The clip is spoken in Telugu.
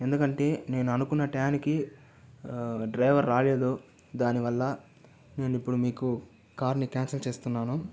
ఎందుకంటే నేను అనుకున్న టయానికి డ్రైవర్ రాలేదు దానివల్ల నేను ఇప్పుడు మీకు కార్ ని క్యాన్సిల్ చేస్తున్నాను